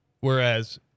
whereas